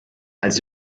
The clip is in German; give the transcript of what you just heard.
als